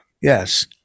yes